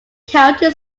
county